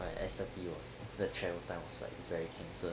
right S_I_P was the travelling time was very cancer